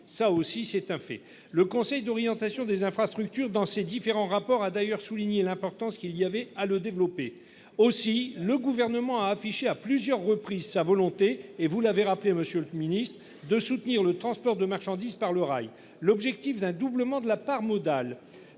ça aussi c'est un fait. Le conseil d'orientation des infrastructures dans ses différents rapports a d'ailleurs souligné l'importance qu'il y avait à le développer aussi le gouvernement a affiché à plusieurs reprises sa volonté et vous l'avez rappelé. Monsieur le Ministre, de soutenir le transport de marchandises par le rail, l'objectif d'un doublement de la part modale